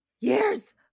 years